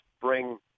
bring